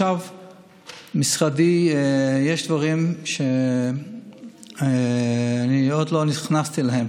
יש דברים שעוד לא נכנסתי אליהם.